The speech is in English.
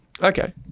Okay